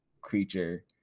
creature